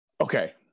Okay